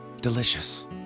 Delicious